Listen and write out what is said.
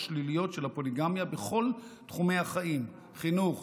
השלכותיה השליליות של הפוליגמיה בכל תחומי החיים: חינוך,